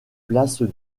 place